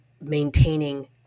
maintaining